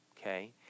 okay